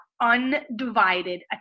undivided